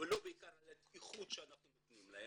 ולא על האיכות שאנחנו נותנים להם,